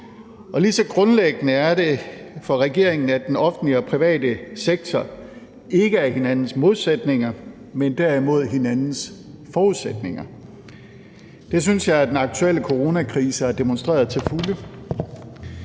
Og lige så grundlæggende er det for regeringen, at den offentlige og private sektor ikke er hinandens modsætninger, men derimod hinandens forudsætninger. Det synes jeg at den aktuelle coronakrise har demonstreret til fulde.